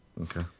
Okay